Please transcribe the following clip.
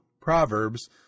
Proverbs